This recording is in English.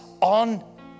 on